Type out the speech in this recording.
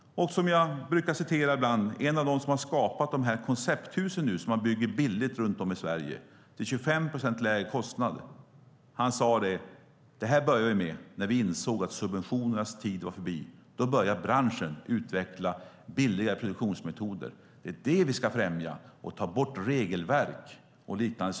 Jag brukar ibland citera en av dem som har skapat de koncepthus som nu byggs billigt runt om i Sverige, till 25 procent lägre kostnader. Han sade: Det här började vi med när vi insåg att subventionernas tid var förbi. Då började branschen utveckla billigare produktionsmetoder. Det är det vi ska främja och ta bort regelverk och liknande.